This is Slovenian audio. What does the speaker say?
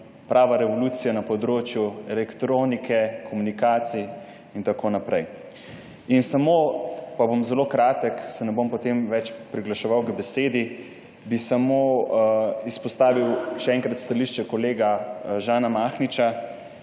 prava revolucija na področju elektronike, komunikacij in tako naprej. Bom zelo kratek in se ne bom potem več priglaševal k besedi. Izpostavil bi samo še enkrat stališče kolega Žana Mahniča,